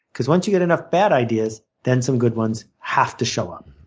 because once you get enough bad ideas, then some good ones have to show up.